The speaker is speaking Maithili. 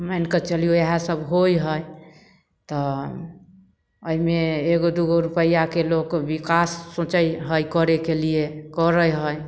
मानिके चलियौ इएह सभ होइ है तऽ अइमे एगो दू गो रुपैआके लोक विकास सोचय हइ करयके लिए करय हइ